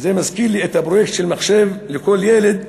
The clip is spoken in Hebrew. וזה מזכיר לי את הפרויקט של "מחשב לכל ילד",